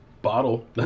Bottle